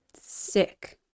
Sick